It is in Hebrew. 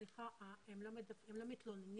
סליחה, הם לא מתלוננים?